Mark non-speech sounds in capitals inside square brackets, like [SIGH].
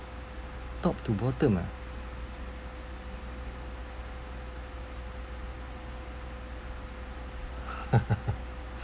top to bottom ah [LAUGHS]